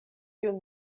kiun